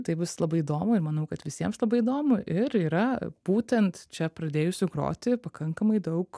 tai bus labai įdomu ir manau kad visiems labai įdomu ir yra būtent čia pradėjusių groti pakankamai daug